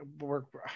work